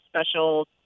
special